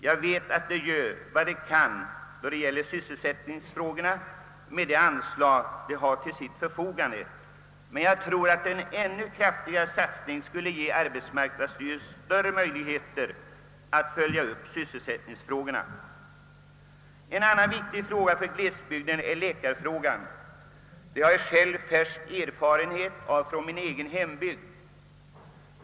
Jag vet att den gör vad den kan i sysselsättningsfrågorna med de anslag den har till sitt förfogande, men jag tror att en ännu kraftigare satsning skulle ge arbetsmarknadsstyrelsen större möjligheter att följa upp sysselsättningsproblemen. Ett annat av glesbygdens problem är läkarfrågan. Den har jag färsk erfarenhet av i min egen hembygd.